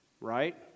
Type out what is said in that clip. right